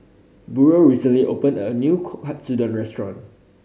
Burrel recently opened a new Katsudon Restaurant